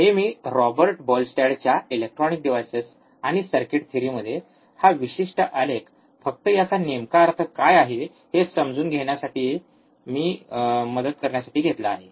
हे मी रॉबर्ट बॉयलस्टॅडच्या इलेक्ट्रॉनिक डिव्हाइसेस आणि सर्किट थिअरीमध्ये हा विशिष्ट आलेखफक्त ह्याचा नेमका अर्थ काय आहे हे समजून घेण्यास मदत करण्यासाठी घेतला आहे